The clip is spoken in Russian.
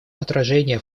отражение